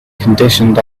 conditioned